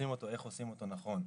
שעושים אותו איך עושים אותו נכון.